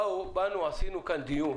ערכנו כאן דיון